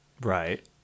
Right